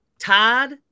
Todd